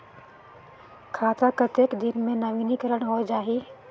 खाता कतेक दिन मे नवीनीकरण होए जाहि??